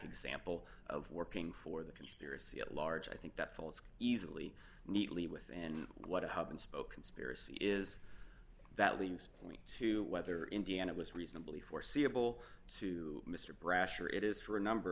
example of working for the conspiracy at large i think that falls easily neatly within what hub and spoke conspiracy is that lee was point to whether indiana was reasonably foreseeable to mr brasher it is for a number